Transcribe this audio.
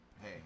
Hey